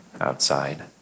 outside